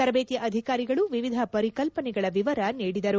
ತರಬೇತಿ ಅಧಿಕಾರಿಗಳು ವಿವಿಧ ಪರಿಕಲ್ಪನೆಗಳ ವಿವರ ನೀಡಿದರು